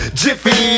jiffy